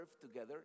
together